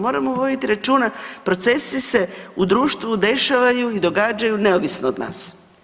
Moramo voditi računa, procesi se u društvu dešavaju i događaju neovisno od nas.